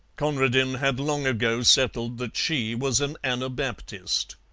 conradin had long ago settled that she was an anabaptist.